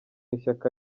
ishyaka